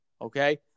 Okay